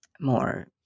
more